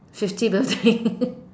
fifty don't